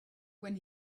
when